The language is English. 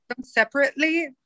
separately